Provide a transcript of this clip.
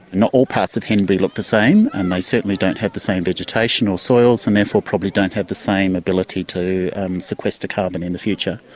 and all parts of henbury look the same and they certainly don't have the same vegetation or soils and therefore probably don't have the same ability to sequester carbon in the future.